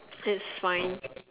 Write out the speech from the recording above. that's fine